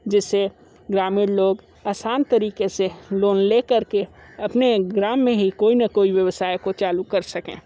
जिससे ग्रामीण लोग आसान तरीके से लोन ले कर के अपने ग्राम में ही कोई न कोई व्यवसाय को चालू कर सकें